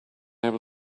able